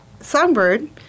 Songbird